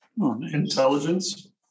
intelligence